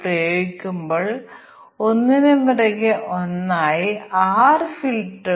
ഇവയിൽ മിക്കതിനും ഒരു ജിയുഐ പോലുമില്ല ആ ടെസ്റ്റ് ഇന്റർഫേസ്